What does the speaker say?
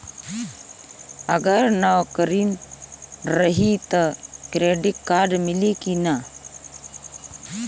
अगर नौकरीन रही त क्रेडिट कार्ड मिली कि ना?